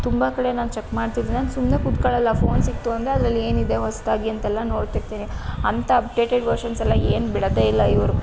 ತುಂಬ ಕಡೆ ನಾನು ಚೆಕ್ ಮಾಡ್ತಿದ್ದೀನಿ ನಾನು ಸುಮ್ಮನೆ ಕುತ್ಕೊಳಲ್ಲ ಫೋನ್ ಸಿಕ್ತು ಅಂದರೆ ಅದರಲ್ಲಿ ಏನಿದೆ ಹೊಸದಾಗಿ ಅಂತೆಲ್ಲ ನೋಡ್ತಿರ್ತೀನಿ ಅಂಥ ಅಪ್ಡೇಟೆಡ್ ವರ್ಷನ್ಸೆಲ್ಲ ಏನು ಬಿಡೊದೇ ಇಲ್ಲ ಇವರು